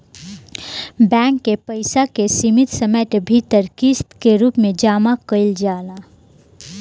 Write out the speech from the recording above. bank के पइसा के सीमित समय के भीतर किस्त के रूप में जामा कईल जाला